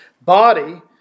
body